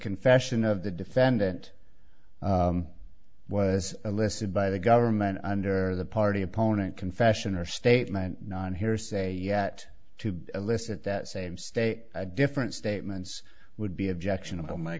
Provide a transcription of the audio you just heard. confession of the defendant was listed by the government under the party opponent confession or statement on hearsay yet to elicit that same state different statements would be objectionable my